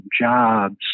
jobs